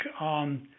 on